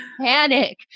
panic